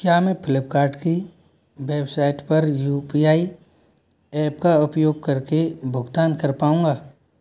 क्या मैं फ्लिपकार्ट की वेबसाइट पर यू पी आई ऐप का उपयोग करके भुगतान कर पाऊँगा